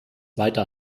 weiter